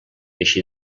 així